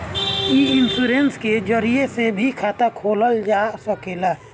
इ इन्शोरेंश के जरिया से भी खाता खोलल जा सकेला